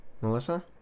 Melissa